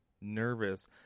nervous